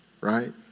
right